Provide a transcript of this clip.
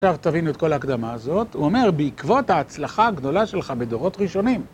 עכשיו תבינו את כל ההקדמה הזאת, הוא אומר, בעקבות ההצלחה הגדולה שלך בדורות ראשונים.